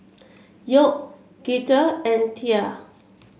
York Girtha and Tia